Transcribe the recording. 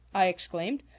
i exclaimed.